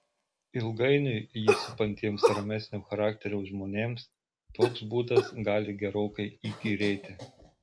ilgainiui jį supantiems ramesnio charakterio žmonėms toks būdas gali gerokai įkyrėti